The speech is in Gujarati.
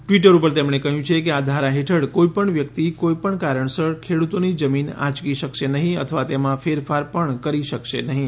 ટ્વિટર ઉપર તેમણે કહ્યું છે કે આ ધારા હેઠળ કોઈપણ વ્યક્તિ કોઈપણ કારણસર ખેડૂતોની જમીન આંચકી શકશે નહીં અથવા તેમાં ફેરફાર પણ કરી શકશે નહીં